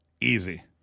Easy